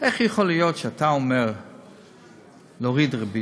איך יכול להיות שאתה אומר להוריד ריבית,